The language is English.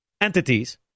entities